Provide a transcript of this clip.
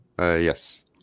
Yes